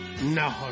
No